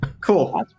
Cool